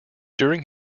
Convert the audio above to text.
during